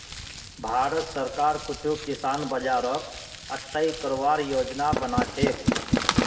भारत सरकार कुछू किसान बाज़ारक स्थाई करवार योजना बना छेक